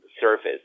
surface